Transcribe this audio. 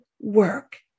work